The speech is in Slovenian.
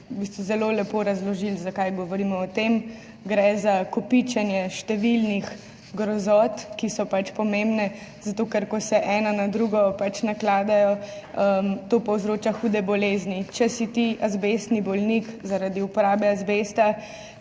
zelo lepo razložile, zakaj govorimo o tem. Gre za kopičenje številnih grozot, ki so pač pomembne. Zato ker ko se ena na drugo nakladajo, to povzroča hude bolezni. Če si ti azbestni bolnik zaradi uporabe azbesta,